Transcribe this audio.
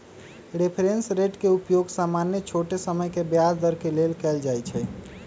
reference rate के उपयोग सामान्य छोट समय के ब्याज दर के लेल कएल जाइ छइ